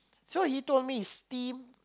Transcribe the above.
so he told me steam